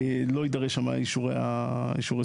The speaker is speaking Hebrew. לא יידרש שם אישור מיסים.